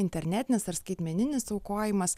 internetinis ar skaitmeninis aukojimas